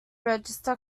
register